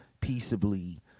peaceably